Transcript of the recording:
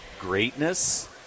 greatness